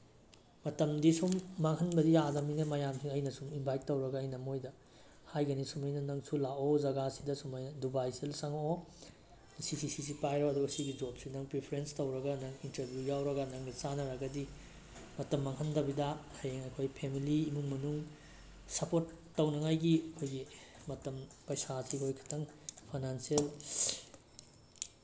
ꯃꯇꯝꯗꯤ ꯁꯨꯝ ꯃꯥꯡꯍꯟꯕꯗꯤ ꯌꯥꯗꯕꯅꯤꯅ ꯃꯌꯥꯝꯁꯤꯡ ꯑꯩꯅ ꯁꯨꯝ ꯏꯟꯚꯥꯏꯠ ꯇꯧꯔꯒ ꯑꯩꯅ ꯃꯣꯏꯗ ꯍꯥꯏꯒꯅꯤ ꯁꯨꯃꯥꯏꯅ ꯅꯪꯁꯨ ꯂꯥꯛꯑꯣ ꯖꯒꯥꯁꯤꯗ ꯁꯨꯃꯥꯏꯅ ꯗꯨꯕꯥꯏꯁꯤꯗ ꯆꯪꯉꯛꯑꯣ ꯁꯤꯁꯤꯁꯤꯁꯤ ꯄꯥꯏꯔꯣ ꯑꯗꯨꯒ ꯁꯤꯒꯤ ꯖꯣꯕꯁꯤ ꯅꯪ ꯄ꯭ꯔꯤꯐꯔꯦꯟꯁ ꯇꯧꯔꯒ ꯅꯪ ꯏꯟꯇꯔꯚ꯭ꯌꯨ ꯌꯥꯎꯔꯒ ꯅꯪꯒ ꯆꯥꯅꯔꯒꯗꯤ ꯃꯇꯝ ꯃꯥꯡꯍꯟꯗꯕꯤꯗ ꯍꯌꯦꯡ ꯑꯩꯈꯣꯏ ꯐꯦꯃꯤꯂꯤ ꯏꯃꯨꯡ ꯃꯅꯨꯡ ꯁꯄꯣꯔꯠ ꯇꯧꯅꯉꯥꯏꯒꯤ ꯑꯩꯈꯣꯏꯒꯤ ꯃꯇꯝ ꯄꯩꯁꯥꯁꯤ ꯑꯩꯈꯣꯏ ꯈꯤꯇꯪ ꯐꯩꯅꯥꯟꯁꯦꯜ